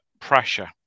pressure